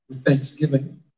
thanksgiving